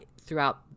throughout